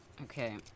okay